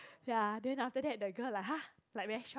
ya then after that the girl like !huh! like very shocked